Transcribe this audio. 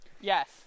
yes